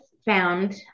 found